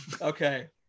Okay